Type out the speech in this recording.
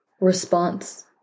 response